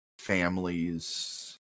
families